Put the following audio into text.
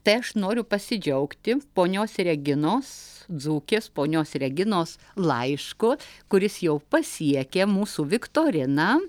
tai aš noriu pasidžiaugti ponios reginos dzūkės ponios reginos laišku kuris jau pasiekė mūsų viktoriną